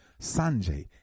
Sanjay